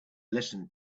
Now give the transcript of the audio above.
listened